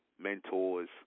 mentors